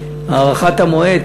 הארכת המועד,